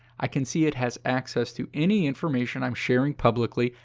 i can see it has access to any information i'm sharing publicly,